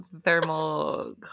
thermal